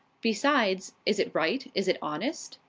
besides, is it right? is it honest?